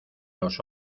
los